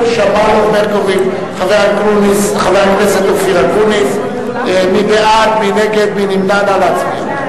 1. מדוע התעודה אינה מונפקת בשתי השפות?